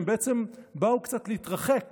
והם באו קצת להתרחק